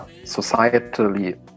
societally